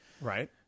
Right